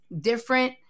different